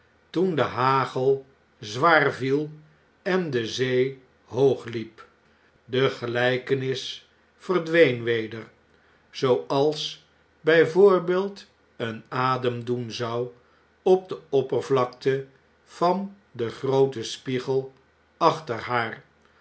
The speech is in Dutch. toen de hagel zwaar viel en de zee hoog liep de gelijkenis verdween weder zooin londen en parijs als bij voorbeeld een adem doen zou op de opperviakte van den grooten spiegel achter haar